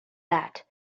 that